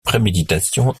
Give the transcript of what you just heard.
préméditation